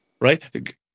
Right